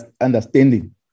understanding